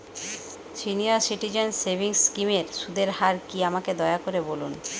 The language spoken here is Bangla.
সিনিয়র সিটিজেন সেভিংস স্কিমের সুদের হার কী আমাকে দয়া করে বলুন